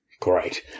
Great